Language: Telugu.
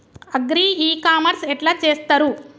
అగ్రి ఇ కామర్స్ ఎట్ల చేస్తరు?